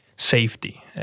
Safety